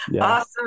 Awesome